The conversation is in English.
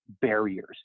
barriers